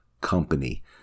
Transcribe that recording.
company